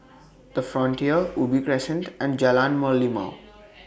The Frontier Ubi Crescent and Jalan Merlimau